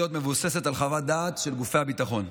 מבוססת על חוות דעת של גופי הביטחון.